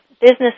business